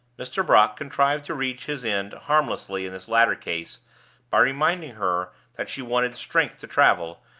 mr. brock contrived to reach his end harmlessly in this latter case by reminding her that she wanted strength to travel,